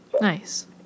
nice